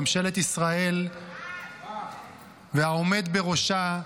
ממשלת ישראל והעומד בראשה -- ממש.